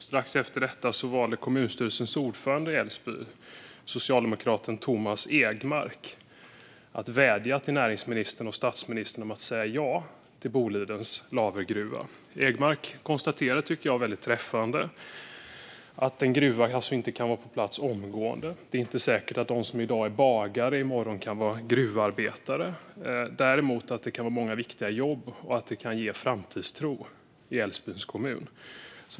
Strax efter detta valde kommunstyrelsens ordförande i Älvsbyn, socialdemokraten Tomas Egmark, att vädja till näringsministern och statsministern att säga ja till Bolidens Lavergruva. Egmark konstaterade väldigt träffande att en gruva inte kan vara på plats omgående och att det inte är säkert att de som i dag är bagare i morgon kan vara gruvarbetare. Däremot kan det, menade han, ge många viktiga jobb och framtidstro i Älvsbyns kommun.